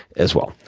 as well.